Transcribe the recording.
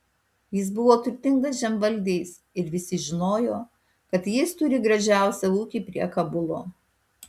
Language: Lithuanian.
jis buvo turtingas žemvaldys ir visi žinojo kad jis turi gražiausią ūkį prie kabulo